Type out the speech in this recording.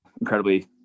incredibly